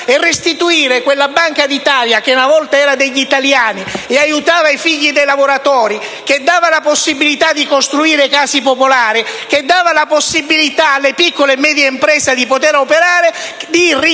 e restituire a quella Banca d'Italia, che una volta era degli italiani, aiutava i figli dei lavoratori, dava la possibilità di costruire case popolari e consentiva alle piccole e medie imprese di poter operare, la possibilità